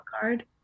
card